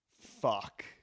fuck